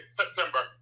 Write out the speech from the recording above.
september